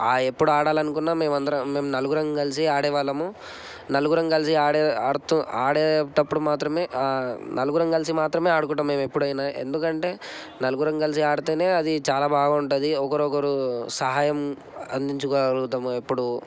ఎప్పుడు ఆడాలి అనుకున్న మేము అందరం మేము నలుగురు కలిసి ఆడే వాళ్ళము నలుగురు కలిసి ఆడే ఆడుతు ఆడేటప్పుడు మాత్రమే నలుగురు కలిసి మాత్రమే ఆడుకుంటాం మేము ఎప్పుడైనా ఎందుకంటే నలుగురు కలిసి ఆడితేనే అది చాలా బాగుంటుంది ఒకరికొకరు సహాయం అందించుకోగలుగుతాము ఎప్పుడు